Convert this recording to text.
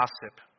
gossip